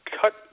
cut